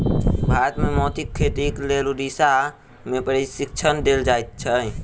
भारत मे मोतीक खेतीक लेल उड़ीसा मे प्रशिक्षण देल जाइत छै